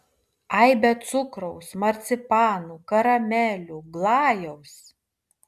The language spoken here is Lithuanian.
aibę cukraus marcipanų karamelių glajaus